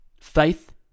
faith